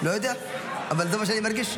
לא יודע, אבל זה מה שאני מרגיש.